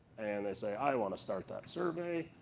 and they say, i want to start that survey.